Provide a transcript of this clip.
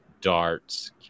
darts